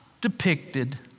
depicted